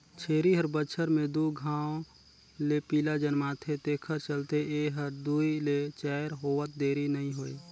छेरी हर बच्छर में दू घांव ले पिला जनमाथे तेखर चलते ए हर दूइ ले चायर होवत देरी नइ होय